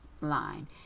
line